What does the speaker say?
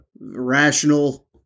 rational –